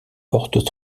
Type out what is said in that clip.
porte